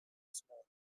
smaller